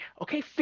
Okay